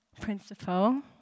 principle